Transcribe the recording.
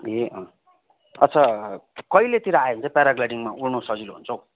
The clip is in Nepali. ए अँ अच्छा कहिलेतिर आयो भने चाहिँ प्याराग्लाइडिङमा उड्नु सजिलो हुन्छ हौ